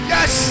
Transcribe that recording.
Yes